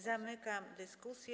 Zamykam dyskusję.